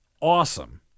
awesome